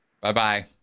Bye-bye